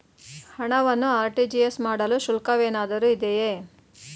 ಹಣವನ್ನು ಆರ್.ಟಿ.ಜಿ.ಎಸ್ ಮಾಡಲು ಶುಲ್ಕವೇನಾದರೂ ಇದೆಯೇ?